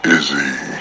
Izzy